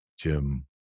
Jim